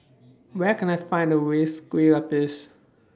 Where Can I Find The ways Kueh Lupis